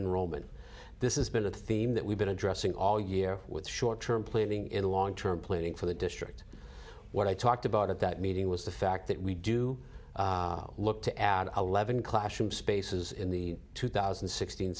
roman this is been a theme that we've been addressing all year with short term planning in long term planning for the district what i talked about at that meeting was the fact that we do look to add eleven classroom spaces in the two thousand and sixteen